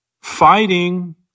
fighting